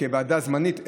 כוועדה זמנית,